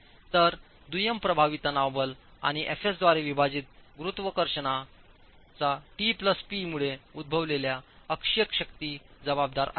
तर दुय्यम प्रभावी तणाव बल आणि एफएसद्वारे विभाजित गुरुत्वाकर्षणा T प्लस P मुळे उद्भवलेल्या अक्षीय शक्ती जबाबदार आहेत